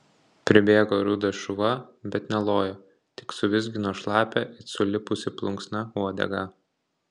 pribėgo rudas šuva bet nelojo tik suvizgino šlapią it sulipusi plunksna uodegą